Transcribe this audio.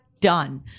done